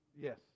Yes